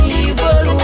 evil